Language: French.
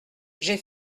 j’ai